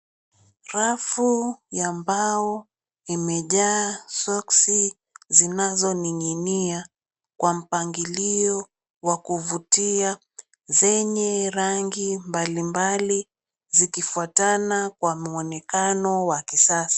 Rafu ya mbao imejaa soksi zinazoning'inia kwa mpangilio wa kuvutia zenye rangi mbalimbali zikifuatana kwa muonekano wa kisasa.